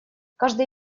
каждый